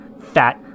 fat